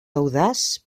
audaç